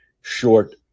short